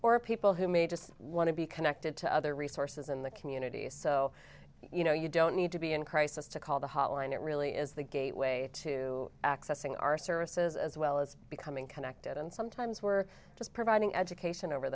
or people who may just want to be connected to other resources in the community so you know you don't need to be in crisis to call the hotline it really is the gateway to accessing our services as well as becoming connected and sometimes we're just providing education over